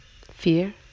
Fear